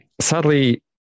sadly